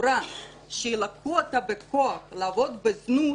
שבחורה שלקחו אותה בכוח לעבוד בזנות,